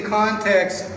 context